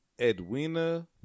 Edwina